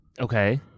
Okay